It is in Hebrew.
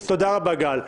תודה רבה, גל.